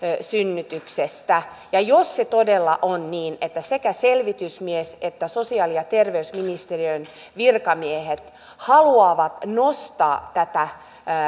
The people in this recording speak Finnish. synnytyksestä jos todella on niin että sekä selvitysmies että sosiaali ja terveysministeriön virkamiehet haluavat nostaa tätä